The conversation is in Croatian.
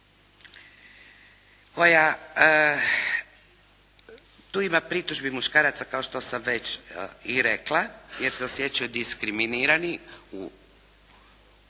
koja, tu ima pritužbi muškaraca kao što sam već i rekla jer se osjećaju diskriminirani